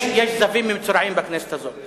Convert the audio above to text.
יש זבים ומצורעים בכנסת הזאת.